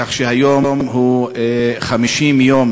כך שהיום הוא 50 יום